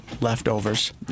leftovers